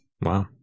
Wow